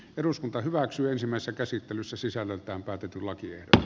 eduskunta hyväksyisimmässä käsittelyssä sisällöltään katetulla kierto